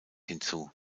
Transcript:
hinzu